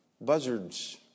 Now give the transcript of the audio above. buzzards